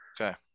okay